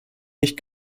nicht